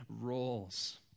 roles